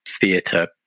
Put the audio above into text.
theatre